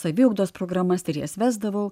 saviugdos programas ir jas vesdavau